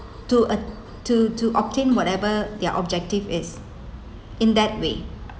to uh to to obtain whatever their objective is in that way